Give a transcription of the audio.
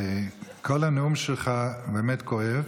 כל הנאום שלך באמת כואב,